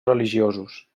religiosos